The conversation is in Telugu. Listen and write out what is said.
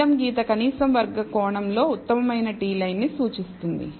నీలం గీత కనీసం వర్గ కోణంలో ఉత్తమమైన t లైన్ను సూచిస్తుంది